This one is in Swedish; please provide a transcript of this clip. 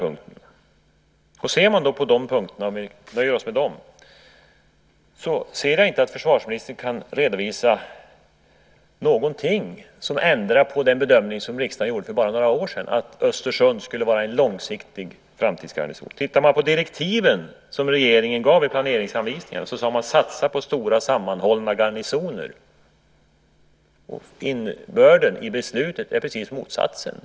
Vad gäller de punkterna kan jag inte se att försvarsministern redovisar någonting som skulle ändra på den bedömning som riksdagen gjorde för bara några år sedan, att Östersund skulle vara en långsiktig framtidsgarnison. Enligt de direktiv som regeringen gav i planeringsanvisningarna ska man satsa på stora sammanhållna garnisoner. Innebörden i beslutet är precis motsatsen.